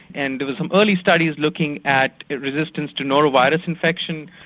and there were some early studies looking at resistance to norovirus infection,